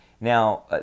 Now